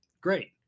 Great